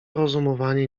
rozumowanie